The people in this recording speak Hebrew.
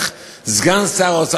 איך סגן שר האוצר,